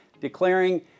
declaring